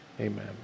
amen